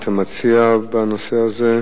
מה אתה מציע בנושא הזה?